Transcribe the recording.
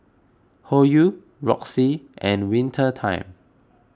Hoyu Roxy and Winter Time